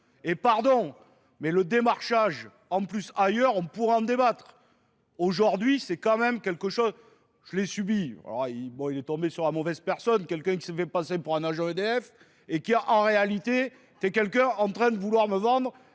Et pardon, mais le démarchage, en plus ailleurs, on pourra en débattre. Aujourd'hui, c'est quand même quelque chose... Je l'ai subi. Bon, il est tombé sur la mauvaise personne, quelqu'un qui s'est fait passer pour un AGVDF, et qui, en réalité, était quelqu'un en train de vouloir me vendre